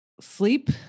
sleep